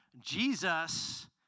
Jesus